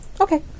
Okay